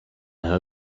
her